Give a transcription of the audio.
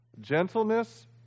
Gentleness